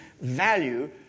value